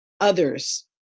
others